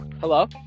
Hello